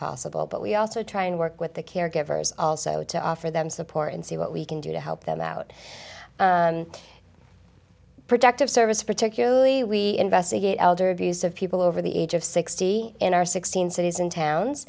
possible but we also try and work with the caregivers also to offer them support and see what we can do to help them out protective services particularly we investigate elder abuse of people over the age of sixty in our sixteen cities and towns